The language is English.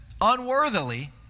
unworthily